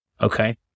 okay